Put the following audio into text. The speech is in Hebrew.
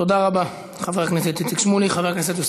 תודה רבה, חבר הכנסת איציק שמולי.